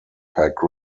pack